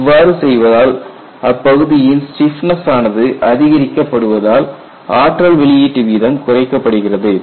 இவ்வாறு செய்வதால் அப்பகுதியின் ஸ்டிப்னஸ் ஆனது அதிகரிக்கப் படுவதால் ஆற்றல் வெளியீட்டு வீதம் குறைக்கப்படுகிறது